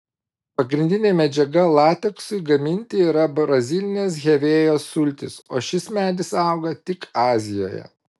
pagrindinė medžiaga lateksui gaminti yra brazilinės hevėjos sultys o šis medis auga tik azijoje